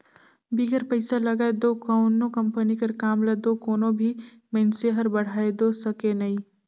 बिगर पइसा लगाए दो कोनो कंपनी कर काम ल दो कोनो भी मइनसे हर बढ़ाए दो सके नई